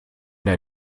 der